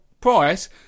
price